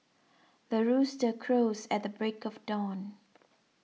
the rooster crows at the break of dawn